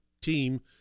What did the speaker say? team